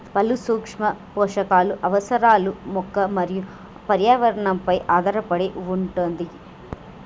పలు సూక్ష్మ పోషకాలు అవసరాలు మొక్క మరియు పర్యావరణ పై ఆధారపడి వుంటది